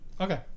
Okay